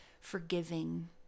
forgiving